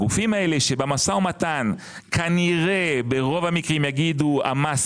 הגופים האלה שבמשא ומתן כנראה ברוב המקרים יגידו שהמס